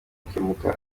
kwimuka